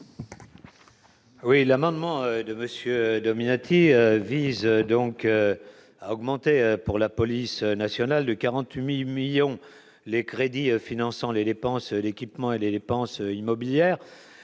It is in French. Oui, l'amendement de monsieur Dominati vise donc à augmenter pour la police nationale de 40000 millions les crédits finançant les dépenses d'équipement et les dépenses immobilières